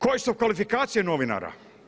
Koje su kvalifikacije novinara?